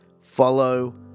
follow